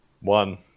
One